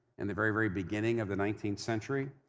in the very, very beginning of the nineteenth century.